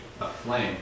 aflame